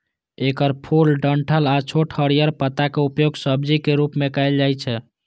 एकर फूल, डंठल आ छोट हरियर पातक उपयोग सब्जीक रूप मे कैल जाइ छै